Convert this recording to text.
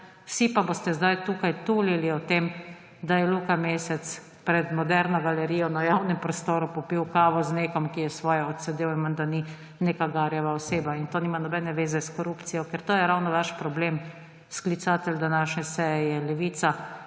Vsi pa boste zdaj tukaj tulili o tem, da je Luka Mesec pred Moderno galerijo, na javnem prostoru popil kavo z nekom, ki je svoje odsedel in menda ni neka garjava oseba. In to nima nobene veze s korupcijo. Ker to je ravno vaš problem – sklicatelj današnje seje je Levica,